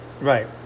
Right